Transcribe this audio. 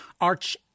arch